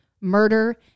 murder